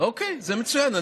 אוקיי, זה מצוין.